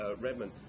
Redmond